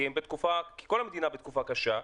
כי כל המדינה בתקופה קשה,